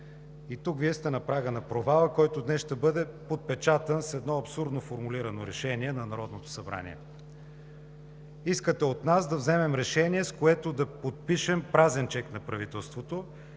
Тук Вие сте на прага на провала, който днес ще бъде подпечатан с едно абсурдно формулирано решение на Народното събрание. Искате от нас да вземем решение, с което да подпишем празен чек на правителството